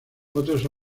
otras